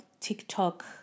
TikTok